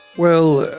well,